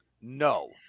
No